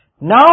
Now